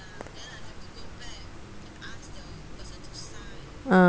ah